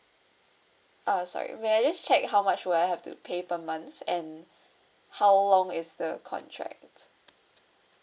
uh sorry may I just check how much would I have to pay per month and how long is the contract